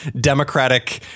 democratic